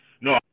No